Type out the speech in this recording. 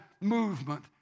movement